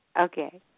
okay